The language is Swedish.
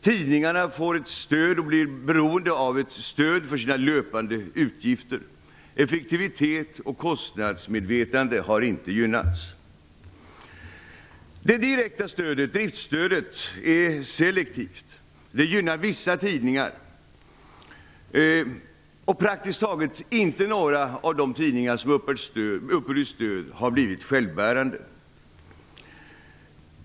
Tidningarna får ett stöd och blir beroende av ett stöd för sina löpande utgifter. Effektivitet och kostnadsmedvetande har inte gynnats. Det direkta stödet, driftstödet, är selektivt. Det gynnar vissa tidningar. Praktiskt taget har inte någon av de tidningar som uppburit stöd blivit självbärande.